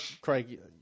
Craig